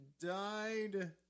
died